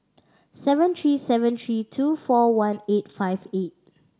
seven three seven three two four one eight five eight